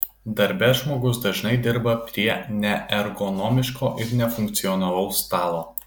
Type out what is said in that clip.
darbe žmogus dažnai dirba prie neergonomiško ir nefunkcionalaus stalo